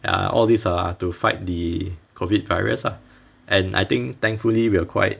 ya all these are to fight the COVID virus ah and I think thankfully we are quite